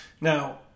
Now